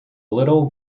little